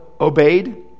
obeyed